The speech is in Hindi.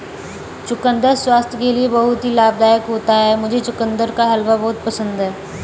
चुकंदर स्वास्थ्य के लिए बहुत ही लाभदायक होता है मुझे चुकंदर का हलवा बहुत पसंद है